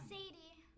Sadie